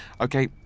Okay